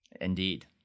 Indeed